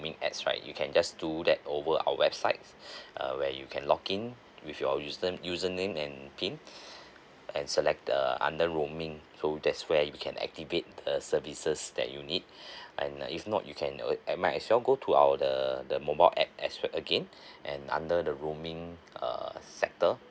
adds right you can just do that over our website uh where you can log in with your user~ username and PIN and select the under roaming so that's where you can activate the services that you need and uh if not you can uh and might as well go to our the the mobile app as we~ again and under the roaming err sector